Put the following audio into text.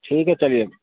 ٹھیک ہے چلیے